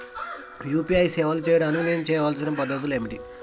UPI సేవలు చేయడానికి నేను చేయవలసిన పద్ధతులు ఏమిటి?